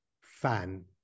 fan